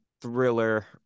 thriller